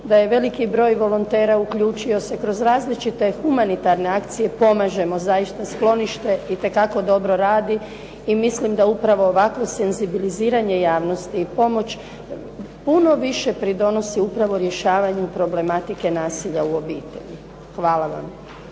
da je veliki broj volontera uključio se, kroz različite humanitarne akcije pomažemo, zaista sklonište itekako dobro radi i mislim da upravo ovakvo senzibiliziranje javnosti i pomoć puno više pridonosi upravo rješavanju problematike nasilje u obitelji. Hvala.